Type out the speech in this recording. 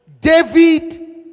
David